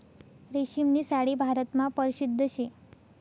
रेशीमनी साडी भारतमा परशिद्ध शे